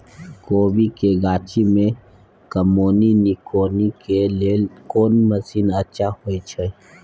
कोबी के गाछी में कमोनी निकौनी के लेल कोन मसीन अच्छा होय छै?